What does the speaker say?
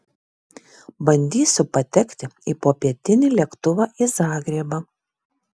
bandysiu patekti į popietinį lėktuvą į zagrebą